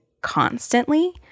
constantly